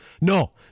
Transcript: no